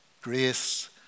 grace